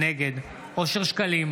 נגד אושר שקלים,